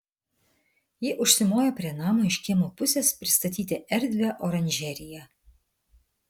ji užsimojo prie namo iš kiemo pusės pristatyti erdvią oranžeriją